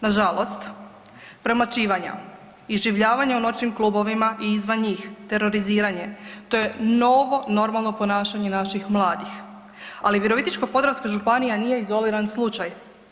Nažalost premlaćivanja, iživljavanja u noćnim klubovima i izvan njih, teroriziranje, to je novo normalno ponašanje naših mladih, ali Virovitičko-podravska županija nije izoliran slučaj.